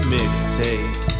Mixtape